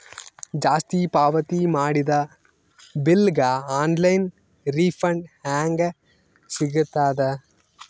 ಜಾಸ್ತಿ ಪಾವತಿ ಮಾಡಿದ ಬಿಲ್ ಗ ಆನ್ ಲೈನ್ ರಿಫಂಡ ಹೇಂಗ ಸಿಗತದ?